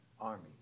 army